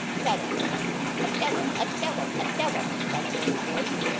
tell him a devil, a devil, a devil cried a hoarse voice.